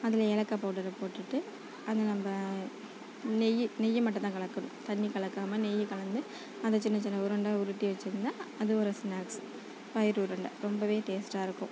அதில் ஏலக்காய் பவுடரை போட்டுட்டு அதை நம்ம நெய் நெய்யை மட்டும் தான் கலக்கணும் தண்ணி கலக்காமல் நெய்யை கலந்து அதை சின்ன சின்ன உருண்டையாக உருட்டி வச்சிருந்தால் அது ஒரு ஸ்நாக்ஸ் பயிறு உருண்டை ரொம்பவே டேஸ்டாக இருக்கும்